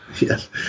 Yes